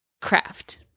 craft